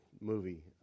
movie